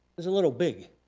it's a little big.